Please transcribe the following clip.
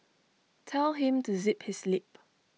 tell him to zip his lip